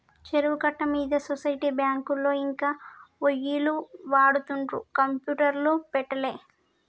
చెరువు కట్ట మీద సొసైటీ బ్యాంకులో ఇంకా ఒయ్యిలు వాడుతుండ్రు కంప్యూటర్లు పెట్టలే